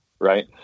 right